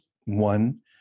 One